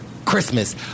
Christmas